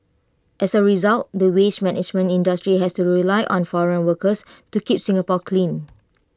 as A result the waste management industry has to rely on foreign workers to keep Singapore clean